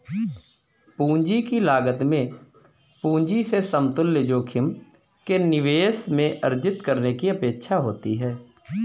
पूंजी की लागत में पूंजी से समतुल्य जोखिम के निवेश में अर्जित करने की अपेक्षा होती है